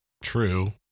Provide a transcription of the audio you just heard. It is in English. true